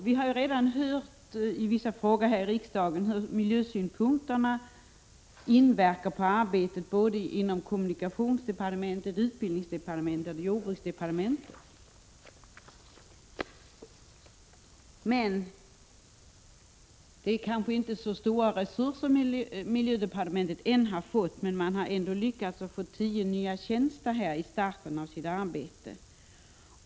Vi har här i riksdagen redan märkt hur miljösynpunkterna inverkar på arbetet inom både kommunikationsdepartementet, utbildningsdepartementet och jordbruksdepartementet. Men miljödepartementet har ännu inte fått så stora resurser. Dock har man fått tio nya tjänster i starten av sitt arbete.